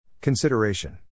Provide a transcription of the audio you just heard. Consideration